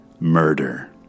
Murder